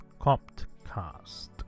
Coptcast